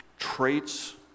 Traits